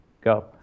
Go